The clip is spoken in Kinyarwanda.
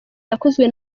yakozwe